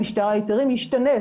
משטר ההתרים יישנה,